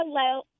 Hello